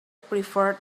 preferred